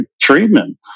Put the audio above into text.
treatment